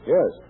Yes